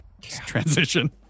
Transition